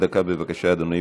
דקה, בבקשה, אדוני.